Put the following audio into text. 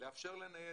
לאפשר לנייד.